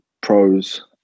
pros